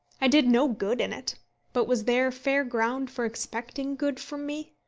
i did no good in it but was there fair ground for expecting good from me?